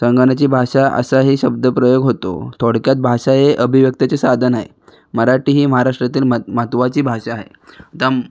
संगनंची भाषा असाही शब्दप्रयोग होतो थोडक्यात भाषा हे अभिव्यक्तीचे साधन आहे मराठी ही म्हाराष्ट्रातील म्हत महत्त्वाची भाषा आहे दम